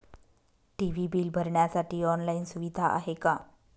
TV bill भरण्यासाठी online सुविधा आहे का?